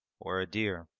or a deer.